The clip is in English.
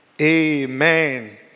amen